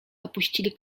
opuścili